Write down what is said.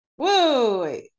Whoa